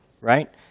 right